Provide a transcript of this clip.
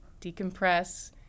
decompress